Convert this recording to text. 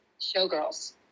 showgirls